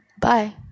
bye